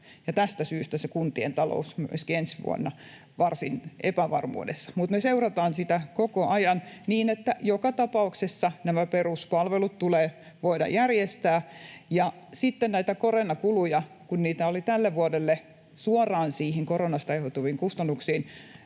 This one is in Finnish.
tästä syystä se kuntien talous on myöskin ensi vuonna varsin epävarma. Mutta me seurataan sitä koko ajan, niin että joka tapauksessa nämä peruspalvelut tulee voida järjestää. Ja sitten kun näitä koronakuluja oli tälle vuodelle suoraan niihin koronasta aiheutuviin kustannuksiin